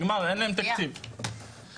נגמר, אין להם תקציב, מסכנים.